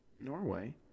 Norway